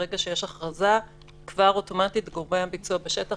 ברגע שיש הכרזה אוטומטית לגורמי הביצוע בשטח